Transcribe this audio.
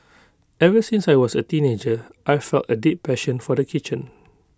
ever since I was A teenager I've felt A deep passion for the kitchen